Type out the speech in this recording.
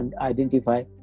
identify